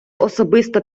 особисто